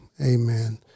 Amen